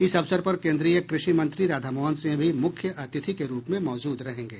इस अवसर पर केंद्रीय कृषि मंत्री राधा मोहन सिंह भी मुख्य अतिथि के रूप में मौजूद रहेंगे